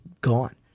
gone